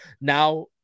Now